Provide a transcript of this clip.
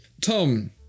Tom